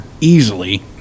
easily